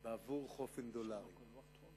בעבור חופן דולרים.